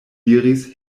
diris